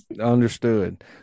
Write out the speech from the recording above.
understood